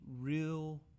real